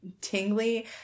tingly